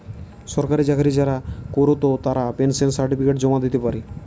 সরকারি চাকরি যারা কোরত তারা পেনশন সার্টিফিকেট জমা দিতে পারে